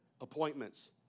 appointments